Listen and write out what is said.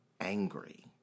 angry